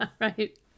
right